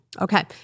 Okay